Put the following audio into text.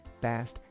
fast